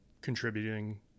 contributing